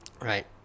right